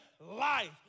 life